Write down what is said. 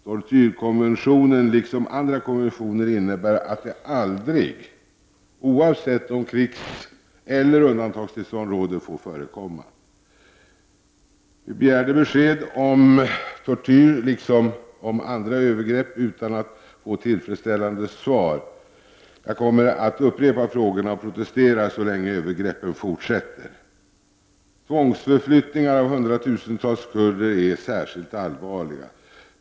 Tortyrkonventionen gäller på samma sätt som andra konventioner och innebär att tortyr aldrig, oavsett om krigseller undantagstillstånd råder, får förekomma. Vi begärde besked om tortyr liksom om andra övergrepp utan att få tillfredsställande svar. Jag kommer att upprepa frågorna och protestera så länge övergreppen fortsätter. Tvångsförflyttningar av hundratusentals kurder är särskilt allvarliga.